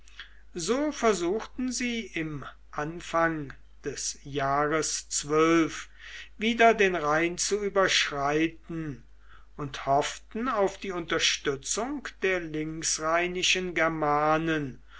so versuchten sie im anfang des jahres zwölf wieder den rhein zu überschreiten und hofften auf die unterstützung der linksrheinischen germanen